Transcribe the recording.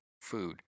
food